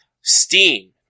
steam